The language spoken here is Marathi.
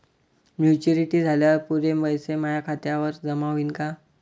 मॅच्युरिटी झाल्यावर पुरे पैसे माया खात्यावर जमा होईन का?